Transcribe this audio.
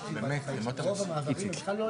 אני אקריא את כל הסיפא של סעיף (ג) ואם סברה כי